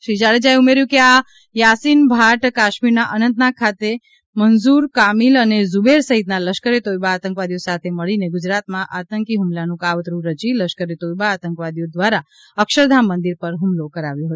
શ્રી જાડેજાએ ઉમેર્યું કે આ યાસીન ભાટ કશ્મીરના અનંતનાગ ખાતે મંઝૂર કામીલ અને ઝૂબેર સહિતના લશ્કરે તોઇબા આતંકવાદીઓ સાથે મળીને ગુજરાતમાં આતંકી હુમલાનું કાવતરૂ રચી લશ્કરે તોઇબા આતંકવાદીઓ દ્વારા અક્ષરધામ મંદિર પર હુમલો કરાવ્યો હતો